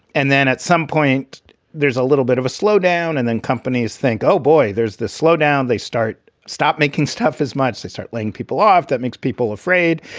and then at some point there's a little bit of a slowdown. and then companies think, oh, boy, there's the slowdown. they start stop making stuff as much. they start laying people off. that makes people afraid.